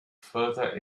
further